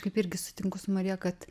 kaip irgi sutinku su marija kad